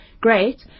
Great